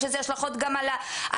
יש לזה השלכות גם על תודעה,